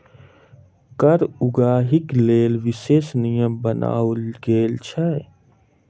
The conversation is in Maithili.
कर उगाहीक लेल विशेष नियम बनाओल गेल छै